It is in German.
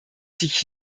sich